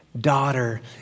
daughter